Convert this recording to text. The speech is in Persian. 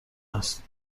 است